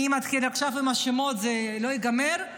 אם אני אתחיל עכשיו עם השמות זה לא ייגמר,